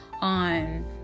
on